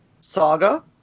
Saga